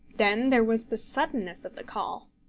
then there was the suddenness of the call.